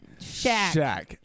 Shaq